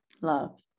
Love